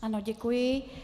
Ano, děkuji.